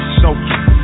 soaking